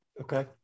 Okay